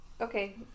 Okay